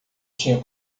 tinha